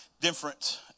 different